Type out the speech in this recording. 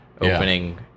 opening